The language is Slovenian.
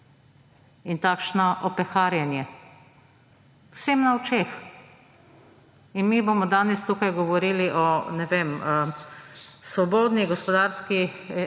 in takšno opeharjenje vsem na očeh. In mi bomo danes tukaj govorili o, ne vem, svobodni gospodarski